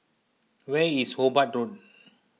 where is Hobart Road